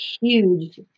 huge